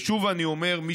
ושוב אני אומר: נכון,